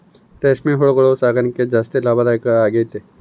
ರೇಷ್ಮೆ ಹುಳು ಸಾಕಣೆ ಜಾಸ್ತಿ ಲಾಭದಾಯ ಆಗೈತೆ